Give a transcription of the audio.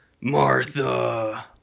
Martha